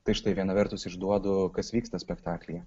tai štai viena vertus išduodu kas vyksta spektaklyje